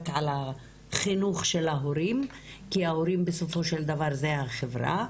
על החינוך של ההורים כי ההורים בסופו של דבר זה החברה.